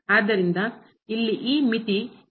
ಆದ್ದರಿಂದ ಇಲ್ಲಿ ಈ ಮಿತಿ ಹೋಗುತ್ತದೆ